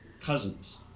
cousins